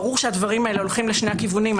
ברור שהדברים האלה הולכים לשני הכיוונים.